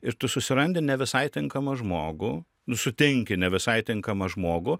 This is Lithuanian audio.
ir tu susirandi ne visai tinkamą žmogų nu sutinki ne visai tinkamą žmogų